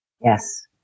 Yes